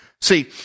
See